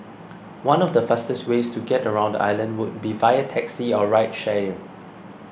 one of the fastest ways to get around the island would be via taxi or ride sharing